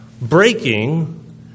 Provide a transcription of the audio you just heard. breaking